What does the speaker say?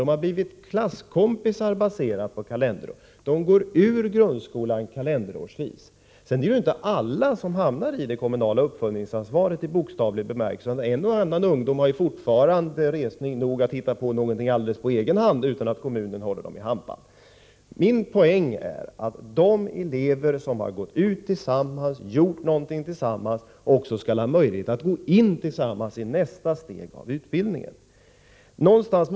De har blivit klasskompisar enligt ett system baserat på kalenderår. De går ur grundskolan kalenderårsvis. Det är inte alla som berörs av det kommunala uppföljningsansvaret, utan en och annan elev har fortfarande resning nog att hitta på någonting på egen hand, utan att kommunen håller dem i hampan. Min poäng är att de elever som har gått ut skolan tillsammans och har gjort någonting tillsammans också skall ha möjlighet att gå in i nästa steg av utbildningen tillsammans.